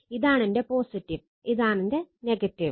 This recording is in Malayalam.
ഇതാണെന്റെ പോസിറ്റീവ് ഇതാണെന്റെ നെഗറ്റീവ്